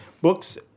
books